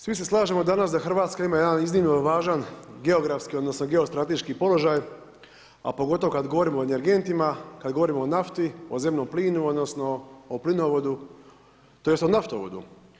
Svi se slažemo danas da Hrvatska ima jedan iznimno važan geografski odnosno geostrateški položaj, a pogotovo kada govorimo o energentima, kada govorimo o nafti, o zemnom plinu odnosno o plinovodu tj. o naftovodu.